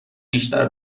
بیشتر